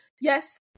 yes